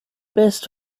best